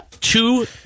two